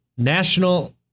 national